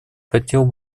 хотел